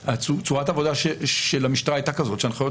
צורת העבודה של המשטרה הייתה כזאת שהנחיות